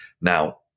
Now